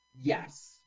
Yes